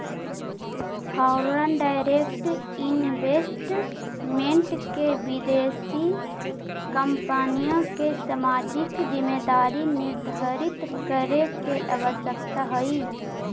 foreign direct investment में विदेशी कंपनिय के सामाजिक जिम्मेदारी निर्धारित करे के आवश्यकता हई